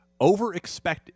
Overexpected